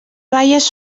baies